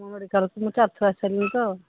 ମୁଁ ମେଡ଼ିକାଲ୍କୁ ମୁଁ ଚାରିଥର ଆସି ସାରିଲିଣି ତ